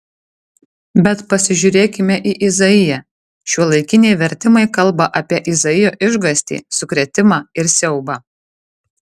bet pasižiūrėkime į izaiją šiuolaikiniai vertimai kalba apie izaijo išgąstį sukrėtimą ir siaubą